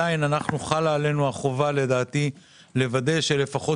עדין חלה עלינו החובה לוודא שלפחות